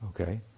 okay